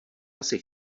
asi